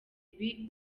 ibi